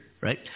right